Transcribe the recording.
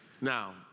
Now